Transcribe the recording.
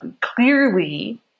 clearly